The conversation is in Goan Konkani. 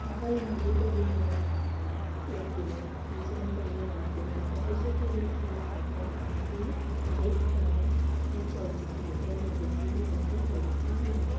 ताका लागून त्या विमानार वतना दुसऱ्या जाग्यार वतना ताका कशे तर इंट्रस्ट जातात हें बेस बरें हे्या चलचित्रान हे मुवींतल्यान आमकां पळोवपाक मेळटा